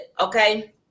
okay